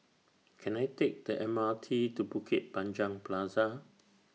Can I Take The M R T to Bukit Panjang Plaza